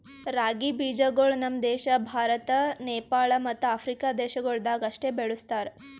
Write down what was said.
ರಾಗಿ ಬೀಜಗೊಳ್ ನಮ್ ದೇಶ ಭಾರತ, ನೇಪಾಳ ಮತ್ತ ಆಫ್ರಿಕಾ ದೇಶಗೊಳ್ದಾಗ್ ಅಷ್ಟೆ ಬೆಳುಸ್ತಾರ್